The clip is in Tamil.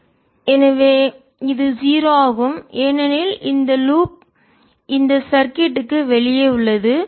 3IRI20 எனவே இது 0 ஆகும் ஏனெனில் இந்த லூப் வளையம் இந்த சர்கிட் சுற்றுக்கு வெளியே உள்ளது